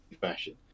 fashion